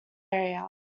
area